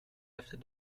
efter